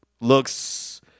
looks